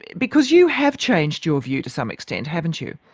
because you have changed your view to some extent, haven't you?